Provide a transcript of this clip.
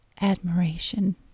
admiration